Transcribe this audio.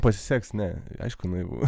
pasiseks ne aišku naivu